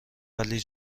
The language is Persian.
ولی